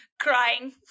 Crying